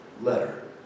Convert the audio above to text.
letter